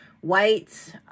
White